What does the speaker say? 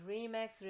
Remax